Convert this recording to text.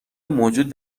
موجود